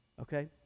okay